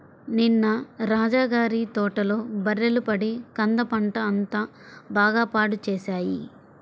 నిన్న రాజా గారి తోటలో బర్రెలు పడి కంద పంట అంతా బాగా పాడు చేశాయి